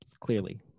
clearly